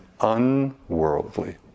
unworldly